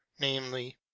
namely